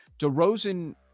DeRozan